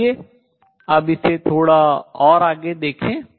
आइए अब इसे थोड़ा और आगे देखें